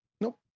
nope